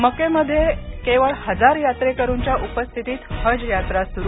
मक्केमध्ये केवळ हजार यात्रेकरूंच्या उपस्थितीत हज यात्रा सुरू